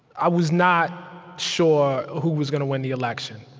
i was not sure who was gonna win the election.